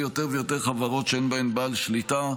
יותר ויותר חברות שאין בהן בעל שליטה.